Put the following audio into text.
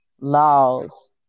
Laws